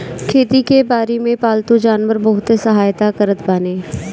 खेती बारी में पालतू जानवर बहुते सहायता करत बाने